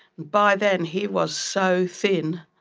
by then he was so thin,